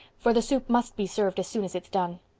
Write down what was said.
for the soup must be served as soon as it's done.